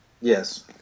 Yes